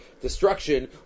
destruction